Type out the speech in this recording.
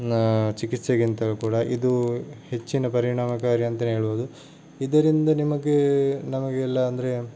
ಚಿಕಿತ್ಸೆಗಿಂತಲೂ ಕೂಡ ಇದು ಹೆಚ್ಚಿನ ಪರಿಣಾಮಕಾರಿ ಅಂತಾನೇ ಹೇಳ್ಬೋದು ಇದರಿಂದ ನಿಮಗೆ ನಮಗೆಲ್ಲ ಅಂದರೆ